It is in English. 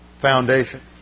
foundation